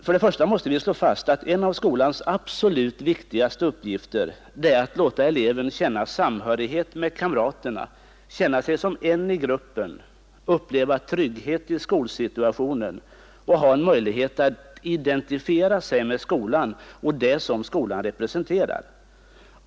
Först och främst måste vi slå fast att en av skolans absolut viktigaste uppgifter är att låta eleven känna samhörighet med kamraterna — känna sig som en i gruppen, uppleva trygghet i skolsituationen och ha möjlighet att identifiera sig med skolan och det som skolan representerar.